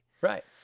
Right